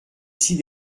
six